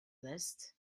list